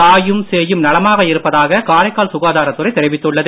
தாயும் சேயும் நலமாக இருப்பதாக காரைக்கால் சுகாதாரத் துறை தெரிவித்துள்ளது